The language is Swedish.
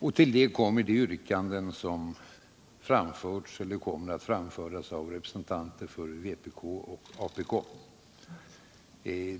Därtill kommer de yrkanden som framförts eller kommer att framföras av representanter för vpk och apk.